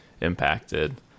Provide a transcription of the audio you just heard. impacted